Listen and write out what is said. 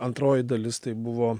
antroji dalis tai buvo